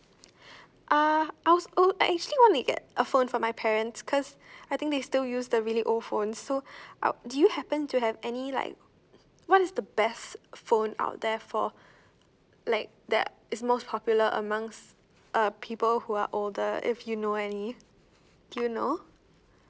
uh I also~ actually I want to get a phone for my parents cause I think they still use the really old phones so how do you happen to have any like what is the best phone out there for like that is most popular amongst uh people who are older if you know any do you know